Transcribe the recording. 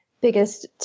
biggest